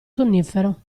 sonnifero